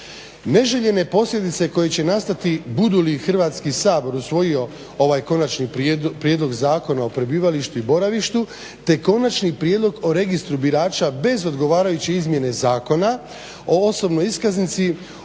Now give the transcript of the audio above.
Neželjene posljedice koje će nastati bude li Hrvatski sabor usvojio ovaj Konačni prijedlog zakona o prebivalištu i boravištu te Konačni prijedlog o Registru birača bez odgovarajuće izmjene Zakona o osobnoj iskaznici